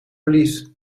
verlies